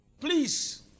Please